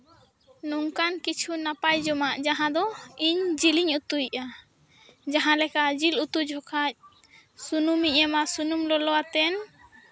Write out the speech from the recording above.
ᱱᱚᱝᱠᱟᱱ ᱠᱤᱪᱷᱩ ᱱᱟᱯᱟᱭ ᱡᱚᱢᱟᱜ ᱡᱟᱦᱟᱸ ᱫᱚ ᱤᱧ ᱡᱤᱞᱤᱧ ᱩᱛᱩᱭᱮᱜᱼᱟ ᱡᱟᱦᱟᱸ ᱞᱮᱠᱟ ᱡᱤᱞ ᱩᱛᱩ ᱡᱚᱠᱷᱚᱡ ᱥᱩᱱᱩᱢᱤᱧ ᱮᱢ ᱢᱟ ᱥᱩᱱᱩᱢ ᱞᱚᱞᱚ ᱟᱛᱮᱱ